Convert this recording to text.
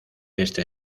este